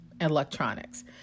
Electronics